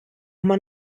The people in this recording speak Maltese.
man